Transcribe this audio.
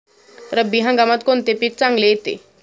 रब्बी हंगामात कोणते पीक चांगले येते?